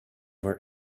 were